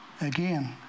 again